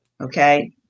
Okay